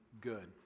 good